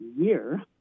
year